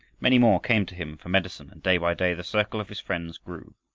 many more came to him for medicine, and day by day the circle of his friends grew.